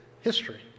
history